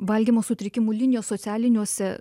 valgymo sutrikimų linijos socialiniuose